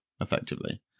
effectively